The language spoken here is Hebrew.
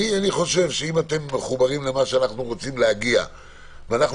אני חושב שאם אתם מחוברים למה שאנחנו רוצים להגיע אליו ואנחנו